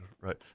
Right